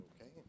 Okay